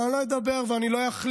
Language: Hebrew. אבל אני לא אדבר ואני לא אכליל,